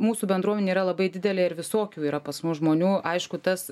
mūsų bendruomenė yra labai didelė ir visokių yra pas mus žmonių aišku tas